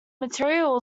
material